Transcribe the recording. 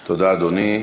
תודה, אדוני.